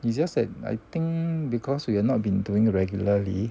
it's just that I think because we have not been doing regularly